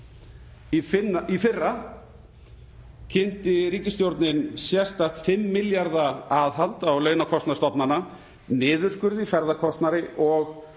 Í fyrra kynnti ríkisstjórnin sérstakt 5 milljarða aðhald á launakostnað stofnana, niðurskurð í ferðakostnaði og